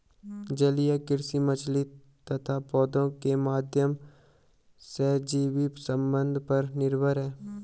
जलीय कृषि मछली तथा पौधों के माध्यम सहजीवी संबंध पर निर्भर है